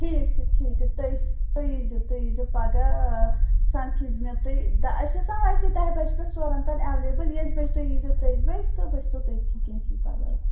ٹھیٖک چھُ ٹھیٖک چھُ تُہۍ تُہۍ ییٖزیٚو تُہۍ ییٖزیٚو پگاہ سَمکھِزِ مےٚ تُہۍ اَسہِ ٲسۍ نا ویسے دَہہِ بَجہِ پٮ۪ٹھ ژورَن تانۍ ایٚویلیبُل ییٚژِ بَجہِ تُہۍ ییٖزیٚو تٔژِ بَجہِ تہٕ بہٕ چھَسو تٔتھی کیٚنٛہہ چھُنہٕ پَرواے